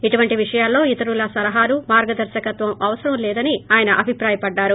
ఇటువంటి విషయాలలో ఇతరుల సలహాలు మార్గదర్శకత్వం అవసరం లేదని ఆయన అభిప్రాయపడ్డారు